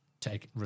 take